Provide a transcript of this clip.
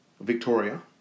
Victoria